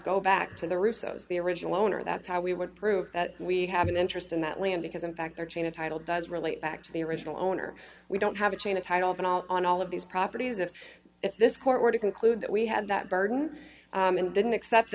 go back to the russos the original owner that's how we would prove that we have an interest in that land because in fact their chain of title does relate back to the original owner we don't have a chain a title of it all on all of these properties if this court were to conclude that we had that burden and didn't accept